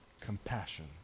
compassion